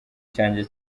cyanjye